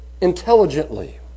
intelligently